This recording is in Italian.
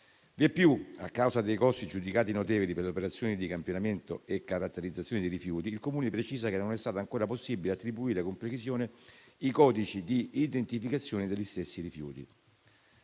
Di più, a causa dei costi giudicati notevoli per le operazioni di campionamento e caratterizzazione dei rifiuti, il Comune precisa che non è stato ancora possibile attribuire con precisione i codici d'identificazione degli stessi rifiuti.